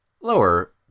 lower